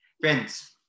Friends